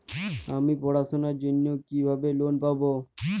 আমি পড়াশোনার জন্য কিভাবে লোন পাব?